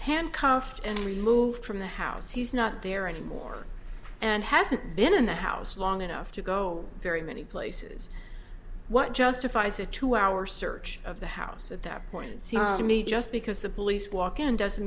handcuffed and removed from the house he's not there anymore and hasn't been in the house long enough to go very many places what justifies a two hour search of the house at that point seems to me just because the police walk in doesn't